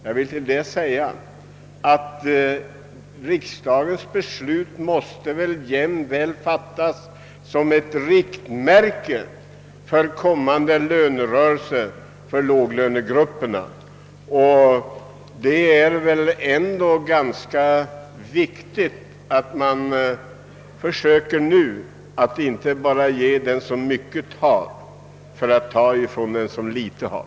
Jag vill i detta sammanhang säga att riksdagens beslut jämväl måste uppfattas som ett riktmärke för kommande lönerörelser för låglönegrupperna. Det är väl ändå ganska viktigt att nu försöka att inte bara ge den som mycket har för att ta från den som litet har.